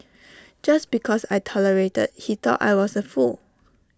just because I tolerated he thought I was A fool